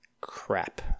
crap